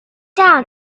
down